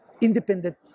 independent